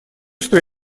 что